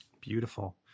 Beautiful